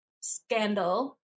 Scandal